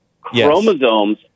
Chromosomes